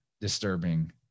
disturbing